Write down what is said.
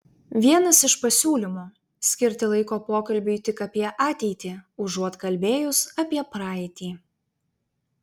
vienas iš pasiūlymų skirti laiko pokalbiui tik apie ateitį užuot kalbėjus apie praeitį